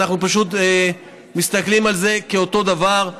אנחנו פשוט מסתכלים על זה כאותו דבר,